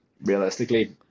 realistically